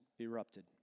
erupted